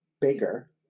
bigger